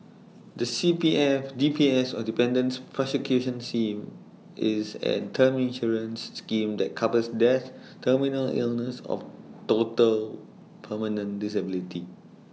the C P F D P S or Dependants' persecution same is A term insurance scheme that covers death terminal illness of total permanent disability